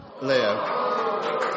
Leo